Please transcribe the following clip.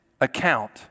account